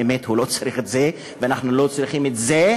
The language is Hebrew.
באמת הוא לא צריך את זה ואנחנו לא צריכים את זה.